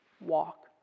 walk